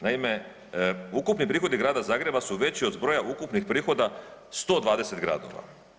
Naime, ukupni prigodi grada Zagreba su veći od zbroja ukupnih prihoda 120 gradova.